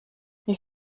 ich